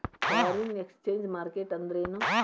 Foreign exchange market ಅಂದ್ರೇನು?